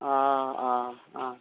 ꯑꯣ ꯑꯣ ꯑꯣ